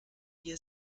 vier